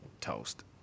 toast